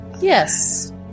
yes